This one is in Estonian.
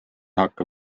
hakka